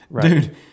dude